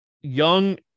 young